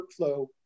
workflow